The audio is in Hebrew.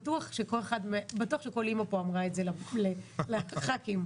בטוח שכל אמא פה אמרה פה את זה לח"כים,